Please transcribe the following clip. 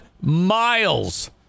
miles